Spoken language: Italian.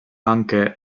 anche